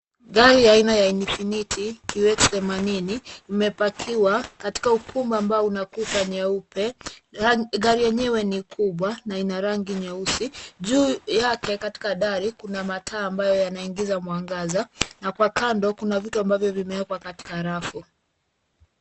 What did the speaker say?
Gari aina ya Infiniti QX themanini imepakiwa katika ukumbi una kuta nyeupe. Gari yenyewe ni kubwa na ina rangi nyeusi. Juu yake katika dari, kuna mataa ambayo yanaingiza mwangaza na kwa kando kuna vitu ambavyo vimewekwa katika rafu.